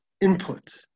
input